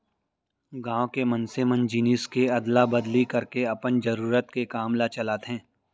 गाँव के मनसे मन जिनिस के अदला बदली करके अपन जरुरत के काम ल चलाथे